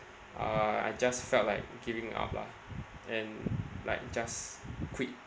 uh I just felt like giving up lah and like just quit